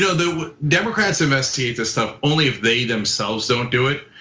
you know the democrats investigate this stuff only if they themselves don't do it.